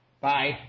Bye